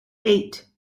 eight